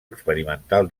experimental